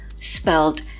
spelled